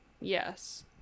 yes